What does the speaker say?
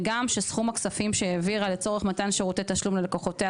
וגם: "שסכום הכספים שהעבירה לצורך מתן שירותי תשלום ללקוחותיה